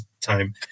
time